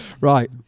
Right